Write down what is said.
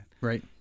Right